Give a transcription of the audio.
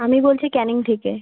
আমি বলছি ক্যানিং থেকে